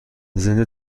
زنده